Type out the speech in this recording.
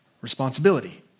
responsibility